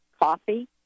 coffee